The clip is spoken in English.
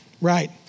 Right